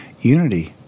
Unity